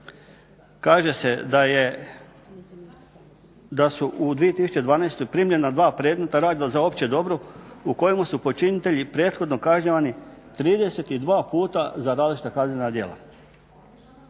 kaže se da su u 2012. primljena dva predmeta rada za opće dobro u kojemu su počinitelji prethodno kažnjavani 32 puta za različita kaznena djela.